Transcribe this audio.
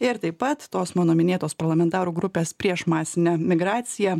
ir taip pat tos mano minėtos parlamentarų grupės prieš masinę migraciją ep